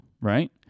right